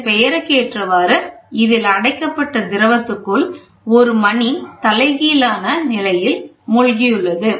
இதன் பெயருக்கு ஏற்றவாறு இதில் அடைக்கப்பட்ட திரவத்துக்குள் ஒரு மணி தலைகீழான நிலையில் மூழ்கியுள்ளது